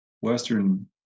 Western